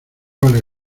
vale